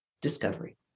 discovery